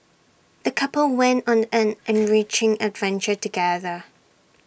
the couple went on an ant enriching adventure together